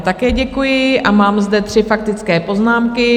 Také děkuji a mám zde tři faktické poznámky.